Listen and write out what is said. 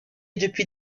depuis